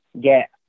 get